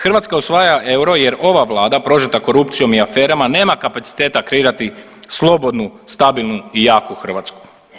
Hrvatska usvaja euro jer ova vlada prožeta korupcijom i aferama nema kapaciteta kreirati slobodnu, stabilnu i jaku Hrvatsku.